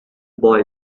boy